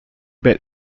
bet